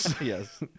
Yes